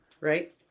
right